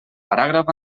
paràgraf